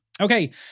Okay